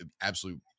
absolute